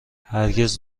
هرگز